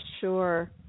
sure